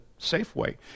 Safeway